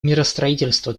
миростроительство